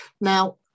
Now